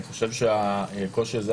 אני חושב שהקושי הזה,